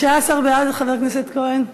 16 בעד, חבר הכנסת כהן.